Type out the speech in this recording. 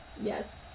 Yes